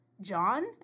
John